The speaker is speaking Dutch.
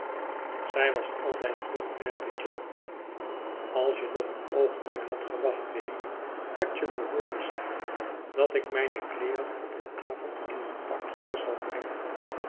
zij was altijd vlug merkte jo aan als je nog een oogenblik hadt gewacht biddy hadt je me hooren zeggen datik mijne kleeren op een avond in een pak hier zal brengen